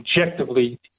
objectively